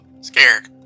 scared